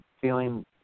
feeling